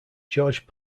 george